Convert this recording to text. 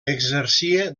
exercia